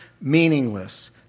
meaningless